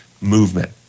movement